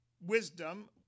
wisdom